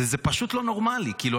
זה פשוט לא נורמלי, כאילו.